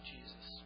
Jesus